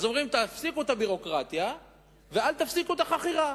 אז אומרים: תפסיקו את הביורוקרטיה ואל תפסיקו את החכירה.